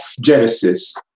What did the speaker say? Genesis